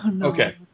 Okay